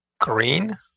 Green